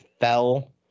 fell